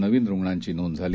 नवीनरुग्णांचीनोंदझाली